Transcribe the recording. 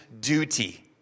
duty